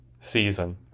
season